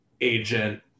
agent